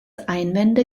einwände